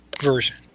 version